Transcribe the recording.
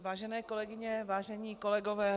Vážené kolegyně, vážení kolegové.